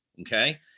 Okay